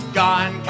gone